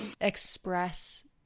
express